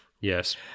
Yes